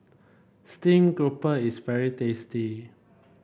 Steamed Grouper is very tasty